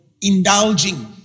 indulging